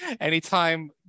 anytime